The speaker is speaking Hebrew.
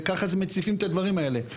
וככה מציפים את הדברים האלה.